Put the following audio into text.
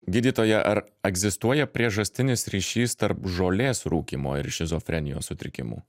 gydytoja ar egzistuoja priežastinis ryšys tarp žolės rūkymo ir šizofrenijos sutrikimų